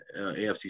AFC